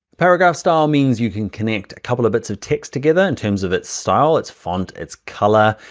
paragraph style means you can connect a couple of bits of text together in terms of its style, its font, its color.